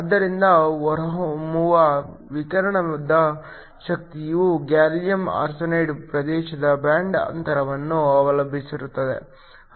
ಆದ್ದರಿಂದ ಹೊರಹೊಮ್ಮುವ ವಿಕಿರಣದ ಶಕ್ತಿಯು ಗ್ಯಾಲಿಯಮ್ ಆರ್ಸೆನೈಡ್ ಪ್ರದೇಶದ ಬ್ಯಾಂಡ್ ಅಂತರವನ್ನು ಅವಲಂಬಿಸಿರುತ್ತದೆ